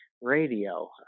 radio